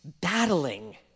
battling